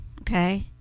okay